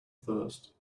thirst